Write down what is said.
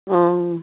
অঁ